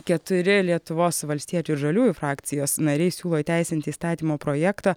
keturi lietuvos valstiečių ir žaliųjų frakcijos nariai siūlo įteisinti įstatymo projektą